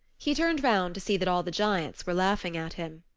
he turned round to see that all the giants were laughing at him.